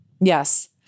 Yes